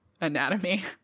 anatomy